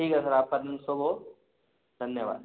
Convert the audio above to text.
ठीक है सर आपका दिन शुभ हो धन्यवाद